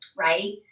right